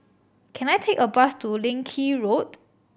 can I take a bus to Leng Kee Road